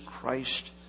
Christ